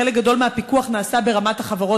חלק מהפיקוח נעשה ברמת החברות,